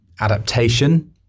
adaptation